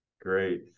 Great